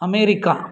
America